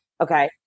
Okay